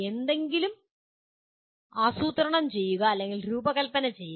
എന്തെങ്കിലും ആസൂത്രണം ചെയ്യുക അല്ലെങ്കിൽ രൂപകൽപ്പന ചെയ്യുക